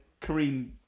Kareem